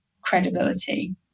credibility